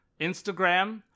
Instagram